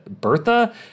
Bertha